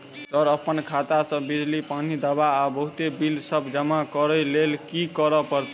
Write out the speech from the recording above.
Sir अप्पन खाता सऽ बिजली, पानि, दवा आ बहुते बिल सब जमा करऽ लैल की करऽ परतै?